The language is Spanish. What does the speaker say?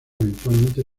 eventualmente